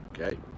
okay